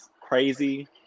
crazy